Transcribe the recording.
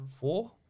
four